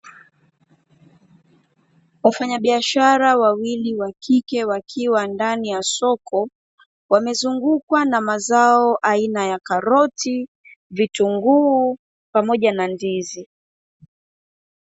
Wafanyabiashara wawili wa kike wakiwa ndani ya soko, wamezungukwa na mazao aina ya karoti, vitunguu pamoja na ndizi.